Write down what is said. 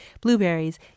blueberries